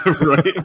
Right